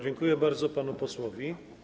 Dziękuję bardzo panu posłowi.